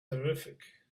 terrific